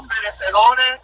merecedores